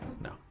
No